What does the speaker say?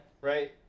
right